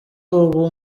ubu